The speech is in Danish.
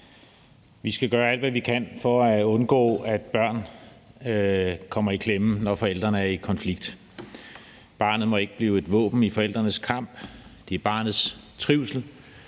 Vi skal gøre alt, hvad vi kan, for at undgå, at børn kommer i klemme, når forældrene er i konflikt. Barnet må ikke blive et våben i forældrenes kamp. Det er barnets trivsel,